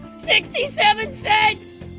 sixty seven cents!